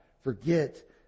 forget